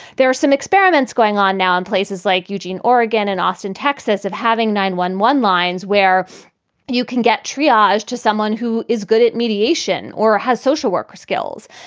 there are some experiments going on now in places like eugene, oregon and austin, texas, of having nine one one lines where you can get triaged to someone who is good at mediation or has social worker skills.